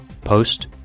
Post